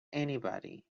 anybody